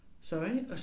Sorry